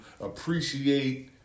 appreciate